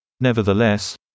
Nevertheless